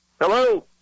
hello